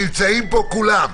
נמצאים פה כולם,